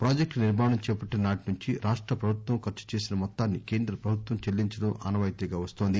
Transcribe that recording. project నిర్మాణం చేపట్టిన నాటి నుంచి రాష్ట ప్రభుత్వం ఖర్చుచేసిన మొత్తాన్ని కేంద్ర ప్రభుత్వం చెల్లించడం ఆనవాయితీగా వస్తోంది